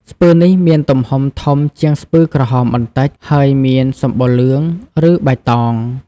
ស្ពឺនេះមានទំហំធំជាងស្ពឺក្រហមបន្តិច ហើយមានសម្បុរលឿង ឬបៃតង។